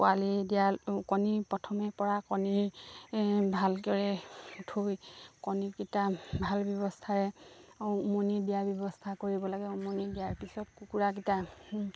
পোৱালি দিয়া কণী প্ৰথমেই পৰা কণীৰ ভালকৈ থৈ কণীকেইটা ভাল ব্যৱস্থাৰে উমনি দিয়াৰ ব্যৱস্থা কৰিব লাগে উমনি দিয়াৰ পিছত কুকুৰাকেইটা